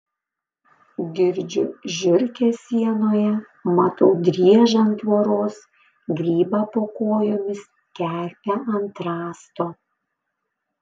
girdžiu žiurkes sienoje matau driežą ant tvoros grybą po kojomis kerpę ant rąsto